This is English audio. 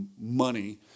money